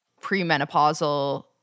premenopausal